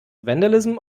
vandalism